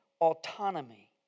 autonomy